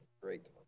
Great